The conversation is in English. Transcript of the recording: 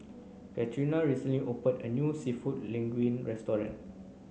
Katrina recently opened a new Seafood Linguine Restaurant